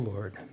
Lord